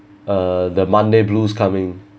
uh the monday blues coming